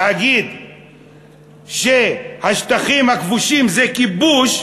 והאמירה שהשטחים הכבושים זה כיבוש,